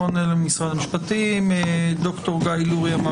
מהמכון הישראלי לדמוקרטיה נמצא ד"ר גיא לוריא.